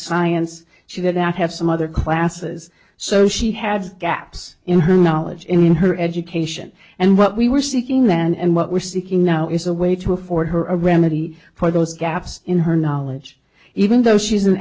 science she did not have some other classes so she have gaps in her knowledge in her education and what we were seeking then and what we're seeking now is a way to afford her a remedy for those gaps in her knowledge even though she's an